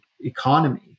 economy